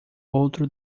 outro